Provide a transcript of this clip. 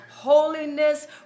Holiness